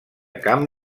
camp